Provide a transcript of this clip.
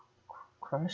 crash